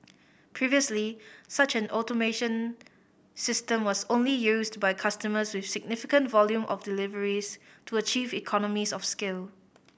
previously such an automation system was only used by customers with significant volume of deliveries to achieve economies of scale